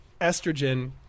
estrogen